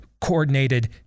coordinated